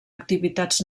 activitats